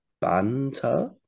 banter